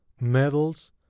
medals